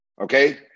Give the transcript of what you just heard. okay